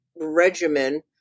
regimen